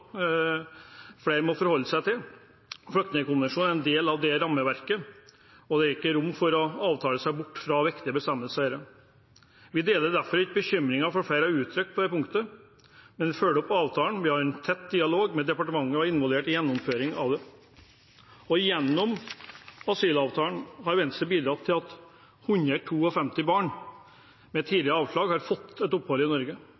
flere må forholde seg til. Flyktningkonvensjonen er en del av det rammeverket, og det er ikke rom for å avtale seg bort fra viktige bestemmelser i dette. Vi deler derfor ikke bekymringen som flere har uttrykt på det punktet, men vi følger opp avtalen. Vi har en tett dialog med departementet og er involvert i gjennomføringen av den. Gjennom asylavtalen har Venstre bidratt til at 152 barn med tidligere avslag har fått opphold i Norge.